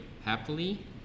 happily